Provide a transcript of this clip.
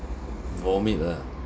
vomit ah